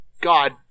God